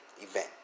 event